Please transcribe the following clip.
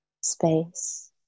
space